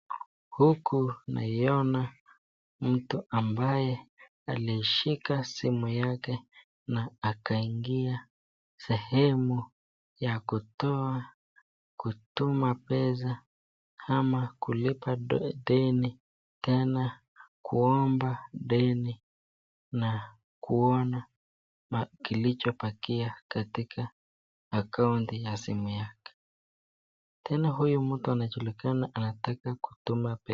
Haku naiona mtu ambaye alishika simu yake na akaingia sehemu ya kutoa kutuma pesa ama kulipa deni tena kuomba deni na kuona kilichobakia katika akaunti ya simu yake. Tena huyu mtu anajulikana anataka kutuma pesa.